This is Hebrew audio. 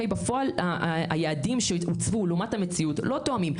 בפועל היעדים שהוצבו לעומת המציאות לא תואמים,